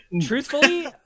Truthfully